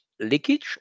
leakage